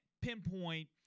pinpoint